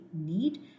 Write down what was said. need